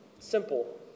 Simple